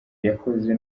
yakoze